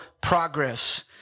progress